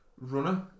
runner